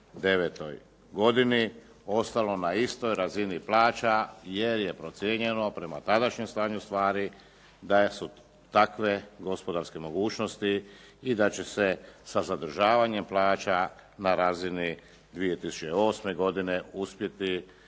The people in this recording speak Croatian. godini ostalo na istoj razini plaća jer je procijenjeno prema tadašnjem stanju stvari da su takve gospodarske mogućnosti i da će se sa zadržavanjem plaća na razini 2008. godine uspjeti